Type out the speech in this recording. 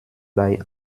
bei